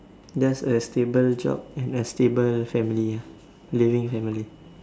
just a stable job and a stable family ah living family